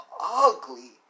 ugly